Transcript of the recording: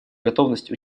готовность